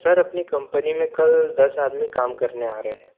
sir अपनी company में कल दस आदमी काम करने आ रहे हैं